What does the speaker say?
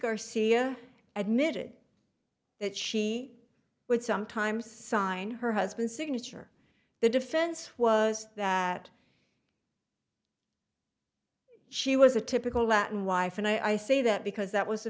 garcia admitted that she would sometimes sign her husband signature the defense was that she was a typical latin wife and i say that because that was